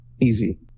Easy